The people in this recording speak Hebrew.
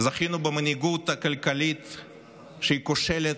במנהיגות כלכלית כושלת,